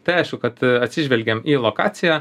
tai aišku kad atsižvelgiam į lokaciją